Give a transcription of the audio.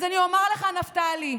אז אני אומר לך, נפתלי,